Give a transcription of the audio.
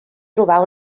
trobar